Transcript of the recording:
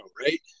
right